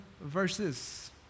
verses